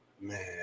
Man